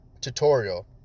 tutorial